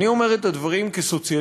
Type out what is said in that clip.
אני אומר את הדברים כסוציאליסט,